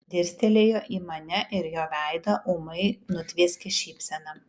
dirstelėjo į mane ir jo veidą ūmai nutvieskė šypsena